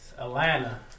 Atlanta